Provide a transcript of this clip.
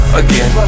again